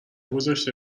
گذاشته